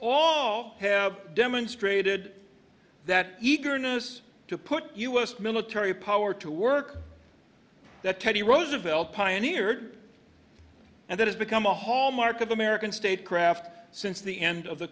all have demonstrated that eagerness to put u s military power to work that teddy roosevelt pioneered and that has become a hallmark of american state craft since the end of the